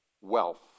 wealth